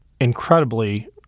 incredibly